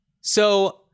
So-